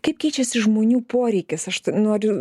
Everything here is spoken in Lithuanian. kaip keičiasi žmonių poreikis aš noriu